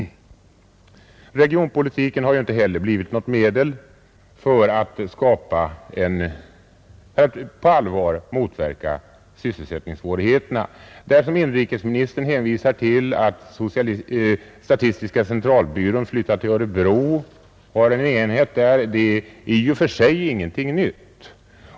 Regionpolitiken har ju inte heller blivit något medel för att på allvar motverka sysselsättningssvårigheterna. Inrikesministern hänvisar till att statistiska centralbyrån flyttat till Örebro med en enhet. Det är i och för sig ingenting nytt.